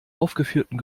aufgeführten